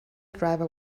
driver